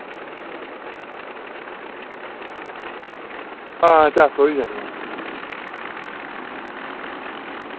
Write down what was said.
आं चार सौ होई जानियां